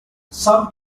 some